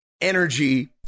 energy